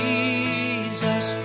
Jesus